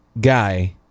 guy